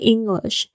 English